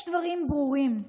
יש דברים ברורים,